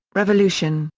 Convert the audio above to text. revolution,